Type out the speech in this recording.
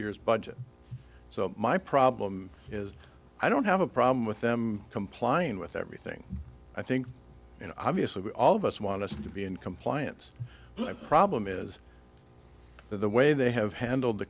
year's budget so my problem is i don't have a problem with them complying with everything i think you know obviously all of us want us to be in compliance my problem is that the way they have handled the